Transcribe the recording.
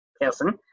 person